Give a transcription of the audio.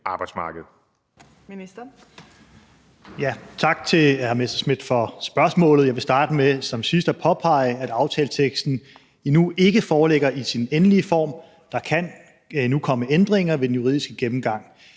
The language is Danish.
Tak til hr. Morten Messerschmidt for spørgsmålet. Jeg vil starte med som sidst at påpege, at aftaleteksten endnu ikke foreligger i sin endelige form. Der kan endnu komme ændringer ved den juridiske gennemgang.